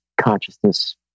consciousness